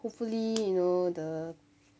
hopefully you know the